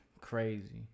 crazy